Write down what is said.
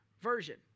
version